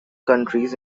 countries